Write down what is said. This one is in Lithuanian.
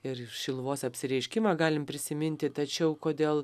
ir šiluvos apsireiškimą galim prisiminti tačiau kodėl